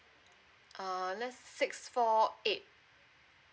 uh next six four eight